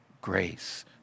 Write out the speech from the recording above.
grace